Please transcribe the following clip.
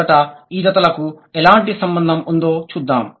మొదట ఈ జతలకు ఎలాంటి సంబంధం ఉందో చూద్దాం